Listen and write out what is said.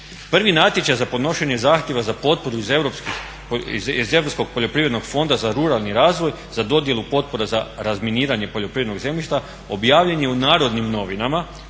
Prvi natječaj za podnošenje zahtjeva za potporu iz Europskog poljoprivrednog fonda za ruralni razvoj za dodjelu potpora za razminiranje poljoprivrednog zemljišta objavljen je u Narodnim novinama